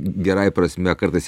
gerąja prasme kartais